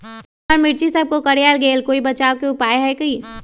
हमर मिर्ची सब कोकररिया गेल कोई बचाव के उपाय है का?